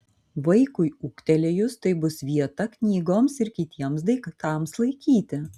vaikui ūgtelėjus tai bus vieta knygoms ir kitiems daiktams laikyti